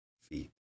feet